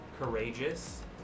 courageous